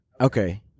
Okay